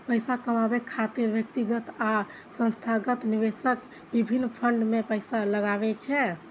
पैसा कमाबै खातिर व्यक्तिगत आ संस्थागत निवेशक विभिन्न फंड मे पैसा लगबै छै